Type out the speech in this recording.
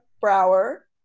Brower